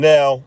Now